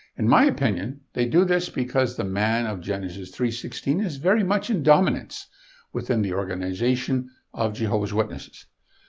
in my opinion, they do this because the man of genesis three sixteen is very much in dominance within the organization of jehovah's witnesses.